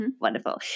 Wonderful